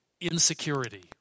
insecurity